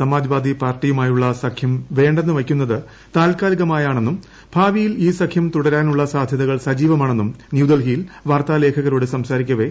സമാജ് വാദി പാർട്ടിയുമായുളള സഖ്യം വേണ്ടെന്ന് വയ്ക്കുന്നത് താൽക്കാലികമായാണെന്നുംഭാവിയിൽ ഈ സഖ്യം തുടരാനുളള സാധൃതകൾ സജീവമാണെന്നും ന്യൂഡൽഹിയിൽ വാർത്താ ലേഖകരോട് സംസാരിക്കവേ